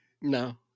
no